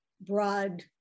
broad